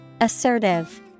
Assertive